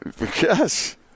Yes